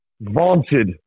vaunted